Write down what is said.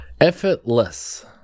effortless